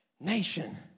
nation